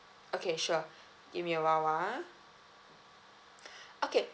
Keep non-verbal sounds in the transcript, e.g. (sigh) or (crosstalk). okay sure give me awhile ah (breath) okay